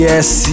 Yes